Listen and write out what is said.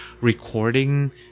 recording